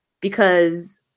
because-